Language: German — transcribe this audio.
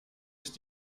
ist